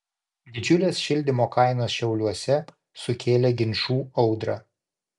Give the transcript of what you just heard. didžiulės šildymo kainos šiauliuose sukėlė ginčų audrą